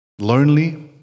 lonely